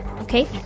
Okay